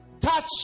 touch